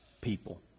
people